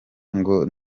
ngo